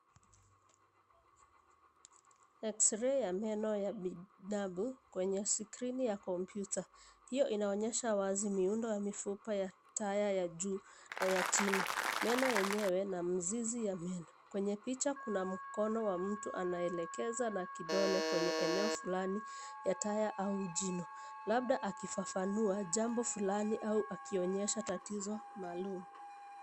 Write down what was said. Xray ya meno ya binadamu kwenye skrini ya kompyuta. Pia inaonyesha wazi miundo ya mifupa ya taya ya juu na ya chini, meno yenyewe na mzizi ya meno. Kwenye picha kuna mkono wa mtu anayeelekeza na kidole kwenye eneo fulani ya taya au jino labda akifafanua jambo fulani au akionesha tatizo maalum.